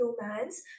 romance